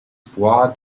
bois